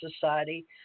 Society